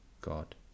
God